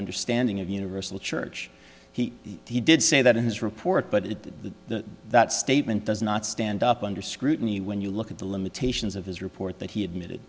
understanding of universal church he he did say that in his report but it the that statement does not stand up under scrutiny when you look at the limitations of his report that he